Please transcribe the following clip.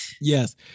Yes